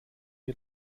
wir